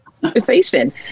conversation